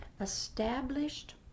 established